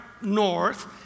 north